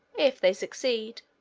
if they succeed,